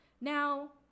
Now